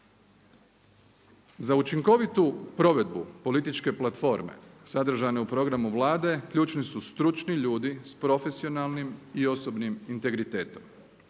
Za učinkovitu provedbu političke platforme sadržane u programu Vlade ključni su stručni ljudi s profesionalnim i osobnim integritetom.